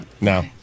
No